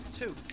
two